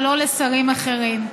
ולא לשרים אחרים.